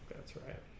whats right